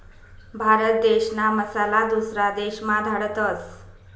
भारत देशना मसाला दुसरा देशमा धाडतस